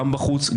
גם בחוץ,